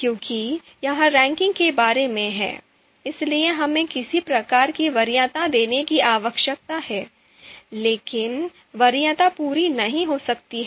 क्योंकि यह रैंकिंग के बारे में है इसलिए हमें किसी प्रकार की वरीयता देने की आवश्यकता है लेकिन वरीयता पूरी नहीं हो सकती है